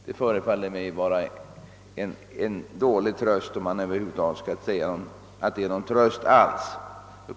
Det verkar vara en klen tröst, om det över huvud taget är någon tröst alls.